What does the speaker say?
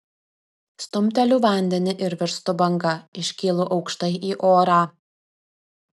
stumteliu vandenį ir virstu banga iškylu aukštai į orą